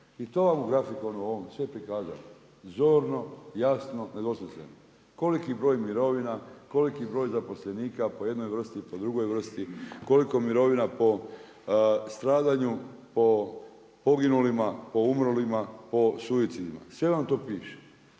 I to vam u grafikonu ovom sve prikazano zorno, jasno, nedvosmisleno. Koliki broj mirovina, koliki broj zaposlenika, po jednoj vrsti, po drugoj vrsti, koliko mirovina po stradanju, po poginulima, po umrlima, po suicidu. Sve vam to piše.